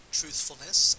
truthfulness